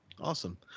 Awesome